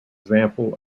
example